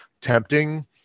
tempting